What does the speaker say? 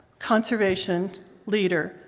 conservation leader.